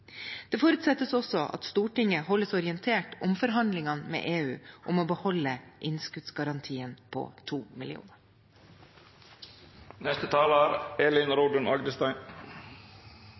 Det forutsettes også at Stortinget holdes orientert om forhandlingene med EU om å beholde innskuddsgarantien på